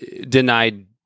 denied